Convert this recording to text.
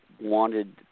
wanted